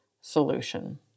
solution